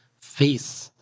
face